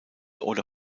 oder